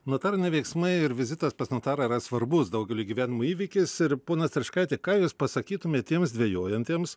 notariniai veiksmai ir vizitas pas notarą yra svarbus daugeliui gyvenimo įvykis ir pone stračkaiti ką jūs pasakytumėt tiems dvejojantiems